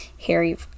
Harry